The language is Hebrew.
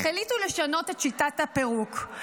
החליטו לשנות את שיטת הפירוק.